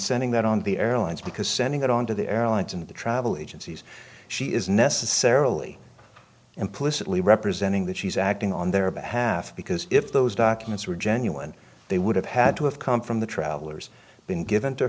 sending that on the airlines because sending it on to the airlines and the travel agencies she is necessarily implicitly representing that she's acting on their behalf because if those documents were genuine they would have had to have come from the travelers been given to